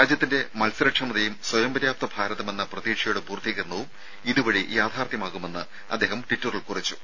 രാജ്യത്തിന്റെ മത്സരക്ഷമതയും സ്വയം പര്യാപ്ത ഭാരതം എന്ന പ്രതീക്ഷയുടെ പൂർത്തീകരണവും ഇതുവഴി യാഥാർത്ഥ്യമാകുമെന്ന് അദ്ദേഹം ട്വിറ്ററിൽ കുറിച്ചു